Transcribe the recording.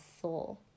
soul